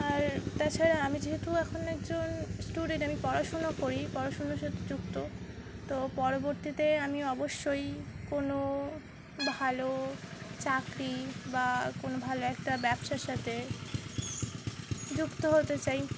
আর তাছাড়া আমি যেহেতু এখন একজন স্টুডেন্ট আমি পড়াশুনো করি পড়াশুনার সাথে যুক্ত তো পরবর্তীতে আমি অবশ্যই কোনো ভালো চাকরি বা কোনো ভালো একটা ব্যবসার সাথে যুক্ত হতে চাই